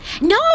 No